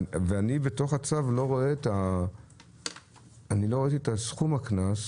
ובתוך הצו אני לא ראיתי את סכום הקנס.